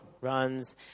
runs